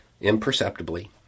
Imperceptibly